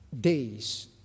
days